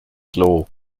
klo